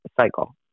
cycle